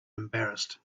embarrassed